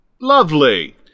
Lovely